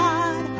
God